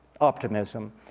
optimism